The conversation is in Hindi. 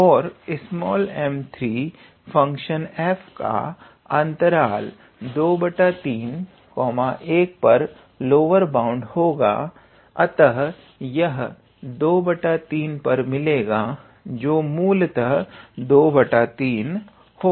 और 𝑚3 फंक्शन f का अंतराल 23 1 पर लोअर बाउंड होगा अतः यह x 23 पर मिलेगा जो कि मूलतः 23 होगा